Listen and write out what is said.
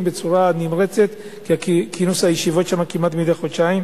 בצורה נמרצת כי כינוס הישיבות שם כמעט מדי חודשיים,